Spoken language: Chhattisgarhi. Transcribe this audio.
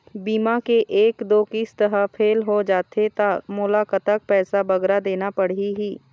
बीमा के एक दो किस्त हा फेल होथे जा थे ता मोला कतक पैसा बगरा देना पड़ही ही?